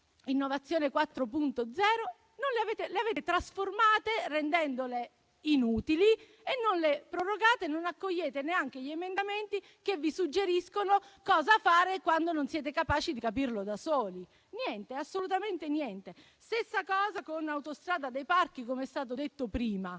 Innovazione 4.0, le avete trasformate rendendole inutili, non le prorogate e non accogliete neanche gli emendamenti che vi suggeriscono cosa fare quando non siete capaci di capirlo da soli. Niente, assolutamente niente. La stessa cosa accade con la Strada dei parchi, com'è stato detto prima: